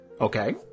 Okay